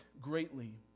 greatly